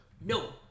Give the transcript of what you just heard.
No